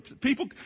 people